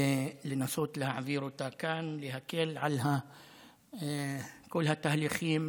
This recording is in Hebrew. לנסות להעביר אותה לכאן, להקל את כל התהליכים.